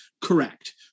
correct